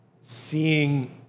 seeing